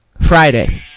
Friday